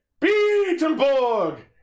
Beetleborg